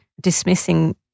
dismissing